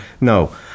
No